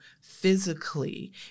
physically